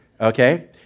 okay